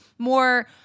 more